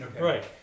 right